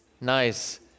Nice